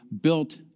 built